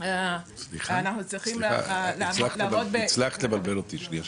-- הצלחת לבלבל אותי שניה.